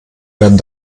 werden